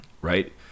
Right